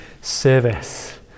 service